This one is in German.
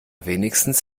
wenigstens